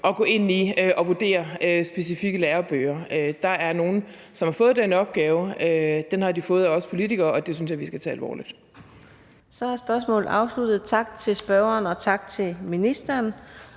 at gå ind i at vurdere specifikke lærebøger. Der er nogle, som har fået den opgave, og den har de fået af os politikere, og det synes jeg vi skal tage alvorligt. Kl. 14:17 Fjerde næstformand (Karina Adsbøl): Så er spørgsmålet afsluttet. Tak til spørgeren, og tak til ministeren.